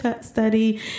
study